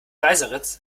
weißeritz